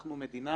אנחנו מדינה